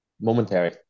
momentary